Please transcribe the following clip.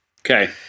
Okay